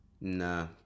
Nah